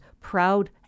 proud